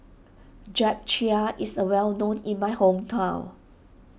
Japchae is a well known in my hometown